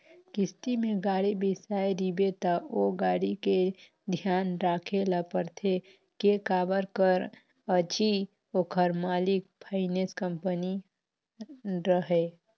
किस्ती में गाड़ी बिसाए रिबे त ओ गाड़ी के धियान राखे ल परथे के काबर कर अझी ओखर मालिक फाइनेंस कंपनी हरय